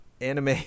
Anime